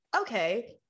okay